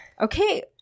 Okay